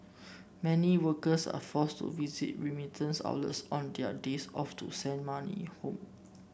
many workers are forced to visit remittance outlets on their days off to send money home